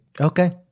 Okay